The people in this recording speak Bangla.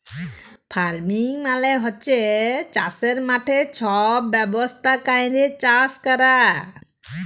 ফার্মিং মালে হছে চাষের মাঠে ছব ব্যবস্থা ক্যইরে চাষ ক্যরা